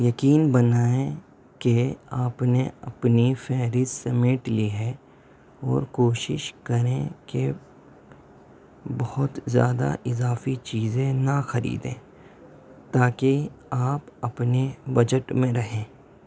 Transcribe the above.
یقینی بنائیں کہ آپ نے اپنی فہرست سمیٹ لی ہے اور کوشش کریں کہ بہت زیادہ اضافی چیزیں نہ خریدیں تاکہ آپ اپنے بجٹ میں رہیں